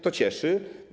To cieszy.